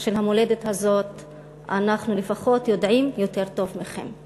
של המולדת הזאת אנחנו לפחות יודעים יותר טוב מכם.